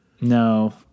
No